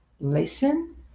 listen